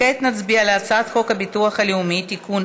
כעת נצביע על הצעת חוק הביטוח הלאומי (תיקון,